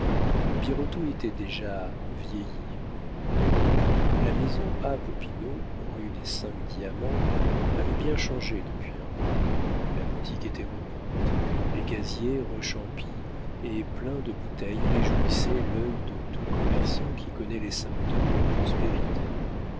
était déjà vieilli la maison a popinot rue des cinq diamants avait bien changé depuis un mois la boutique était repeinte les casiers rechampis et pleins de bouteilles réjouissaient l'œil de tout commerçant qui connaît les symptômes de la prospérité